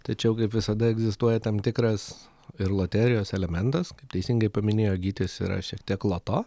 tačiau kaip visada egzistuoja tam tikras ir loterijos elementas kaip teisingai paminėjo gytis yra šiek tiek loto